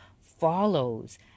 follows